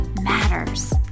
matters